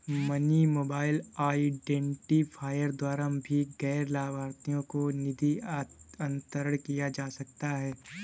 money mobile identifier द्वारा भी गैर लाभार्थी को निधि अंतरण किया जा सकता है